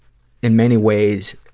in many ways,